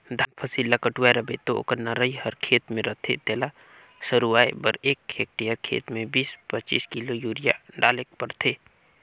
धान फसिल ल कटुवाए रहबे ता ओकर नरई हर खेते में रहथे तेला सरूवाए बर एक हेक्टेयर खेत में बीस पचीस किलो यूरिया डालेक परथे